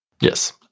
Yes